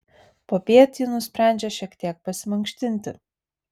popiet ji nusprendžia šiek tiek pasimankštinti